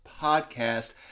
podcast